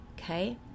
okay